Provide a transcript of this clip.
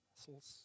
vessels